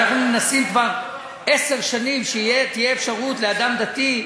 אנחנו מנסים כבר עשר שנים שתהיה אפשרות לאדם דתי,